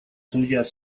suyas